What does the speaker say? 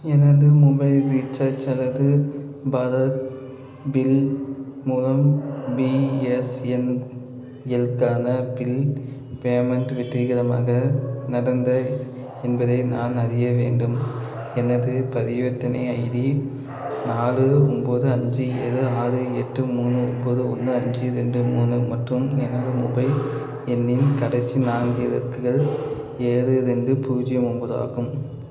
எனது mobile recharge அல்லது Bharat bill மூலம் பிஎஸ்என்எல்லுக்கான பில் பேமண்ட் வெற்றிகரமாக நடந்த என்பதை நான் அறிய வேண்டும் எனது பரிவர்த்தனை ஐடி நாலு ஒம்பது அஞ்சு ஏழு ஆறு எட்டு மூணு ஒம்பது ஒன்று அஞ்சு ரெண்டு மூணு மற்றும் எனது மொபைல் எண்ணின் கடைசி நான்கு இலக்குகள் ஏழு ரெண்டு பூஜ்ஜியம் ஒம்பது ஆகும்